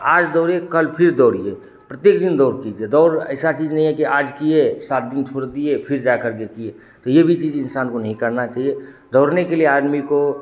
आज दौड़े कल फिर दौड़िए प्रत्येक दिन दौड़ कीजिए दौड़ ऐसी चीज़ नहीं है कि आज किए सात दिन छोड़ दिए फिर जा करके किए तो यह भी चीज़ इन्सान को भी नहीं करना चाहिए दौड़ने के लिए आदमी को